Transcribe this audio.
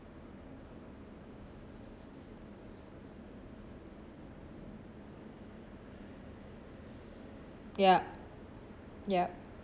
ya yup